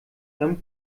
sein